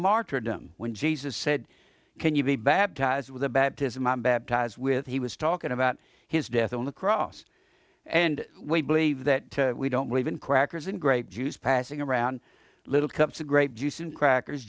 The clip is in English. martyrdom when jesus said can you be baptized with the baptism i baptize with he was talking about his death on the cross and we believe that we don't believe in crackers and grape juice passing around little cups a grape juice and crackers